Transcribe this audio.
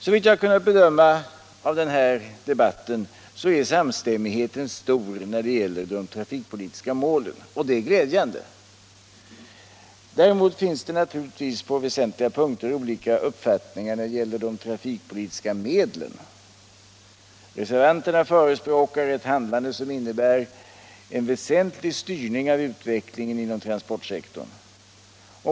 Såvitt jag kunnat bedöma av denna debatt är samstämmigheten stor när det gäller de trafikpolitiska målen. Det är mycket glädjande. Däremot finns det naturligtvis på väsentliga punkter olika förutsättningar när det gäller de trafikpolitiska medlen. Reservanterna förespråkar ett handlande som innebär en väsentlig styrning av utvecklingen inom transportsektorn.